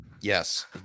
Yes